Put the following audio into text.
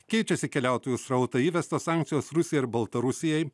keičiasi keliautojų srautai įvestos sankcijos rusijai ir baltarusijai